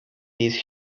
these